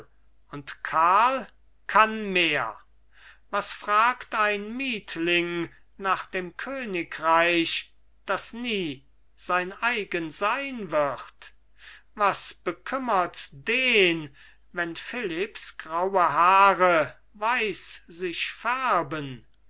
und karl kann mehr was fragt ein mietling nach dem königreich das nie sein eigen sein wird was bekümmerts den wenn philipps graue haare weiß sich färben